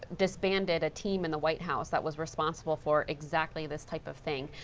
disbanded a team in the white house that was responsible for exactly this type of thing,